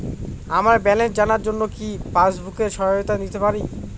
আমার ব্যালেন্স জানার জন্য কি পাসবুকের সহায়তা নিতে পারি?